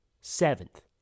Seventh